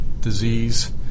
disease